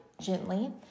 gently